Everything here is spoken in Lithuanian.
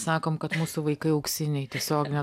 sakom kad mūsų vaikai auksiniai tiesiogine